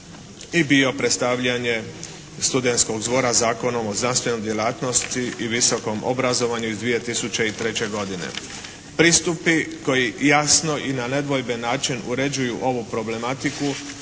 i bio predstavljanje studenskog zbora Zakonom o znanstvenoj djelatnosti i visokom obrazovanju iz 2003. godine. Pristupi koji jasno i na nedvojben način uređuju ovu problematiku